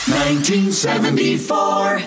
1974